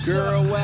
Girl